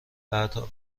بعدها